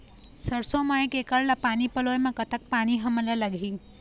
सरसों म एक एकड़ ला पानी पलोए म कतक पानी हमन ला लगही?